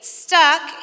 stuck